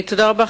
תודה רבה.